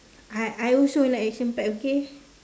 I I also like action packed okay